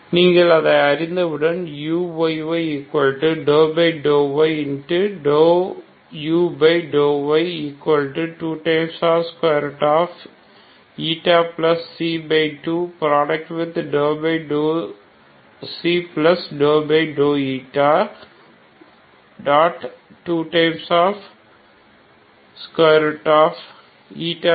நீங்கள் அதை அறிந்தவுடன் உங்களால் uyy∂y∂u∂y22